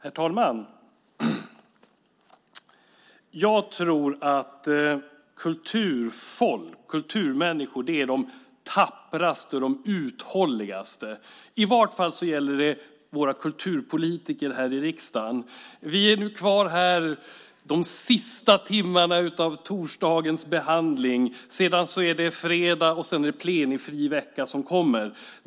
Herr talman! Jag tror att kulturmänniskor är de tappraste och de uthålligaste. I vart fall gäller det våra kulturpolitiker i riksdagen. Vi är nu kvar här de sista timmarna av torsdagens ärendebehandling. Sedan är det fredag och plenifri vecka.